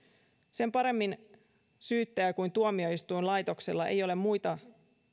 sen paremmin syyttäjä kuin tuomioistuinlaitoksella ei ole muita